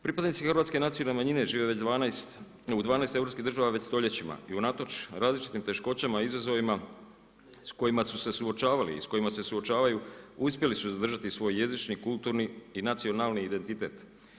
Pripadnici hrvatske nacionalne manjine, žive u 12 europskih država već stoljećima, i unatoč razlučim teškoćama, izazovima s kojima su se suočavali i s kojima se suočavaju uspjeli su zadržati svoj jezični, kulturni i nacionalni identitet.